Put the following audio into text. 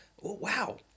Wow